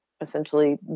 essentially